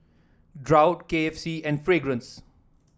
Braun K F C and Fragrance